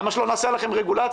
למה שלא נעשה עליכם רגולציה,